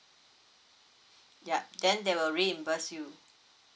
ya then they will reimburse you